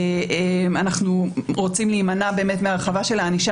אנחנו רוצים להימנע מההרחבה של הענישה